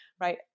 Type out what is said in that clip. right